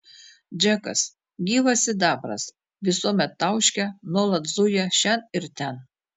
džekas gyvas sidabras visuomet tauškia nuolat zuja šen ir ten